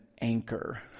anchor